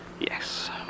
Yes